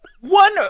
One